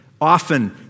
often